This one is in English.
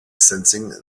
sensing